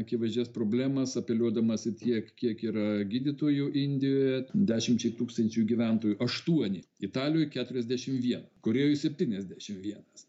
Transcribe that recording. akivaizdžias problemas apeliuodamas į tiek kiek yra gydytojų indijoje dešimčiai tūkstančių gyventojų aštuoni italijoj keturiasdešim vieną korėjoj septyniasdešimt vienas